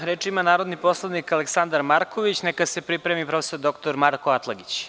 Reč ima narodni poslanik Aleksandar Marković, a neka se pripremi prof. dr Marko Atlagić.